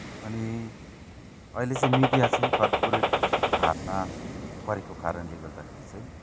अनि अहिले चाहिँ मिडिया चाहिँ कर्पोरेटहरूको हातमा परेको कारणले गर्दाखेरि चाहिँ